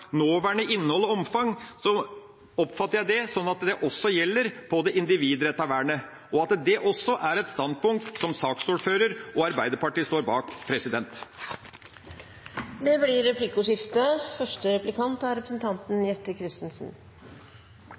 nåværende innhold og omfang, oppfatter jeg det sånn at det også gjelder det individrettede vernet, og at det også er et standpunkt som saksordføreren og Arbeiderpartiet står bak. Det blir replikkordskifte. Jeg opplever at jeg i representanten